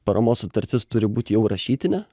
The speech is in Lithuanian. paramos sutartis turi būt jau rašytinė